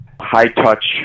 high-touch